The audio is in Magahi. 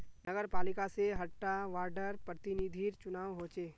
नगरपालिका से हर टा वार्डर प्रतिनिधिर चुनाव होचे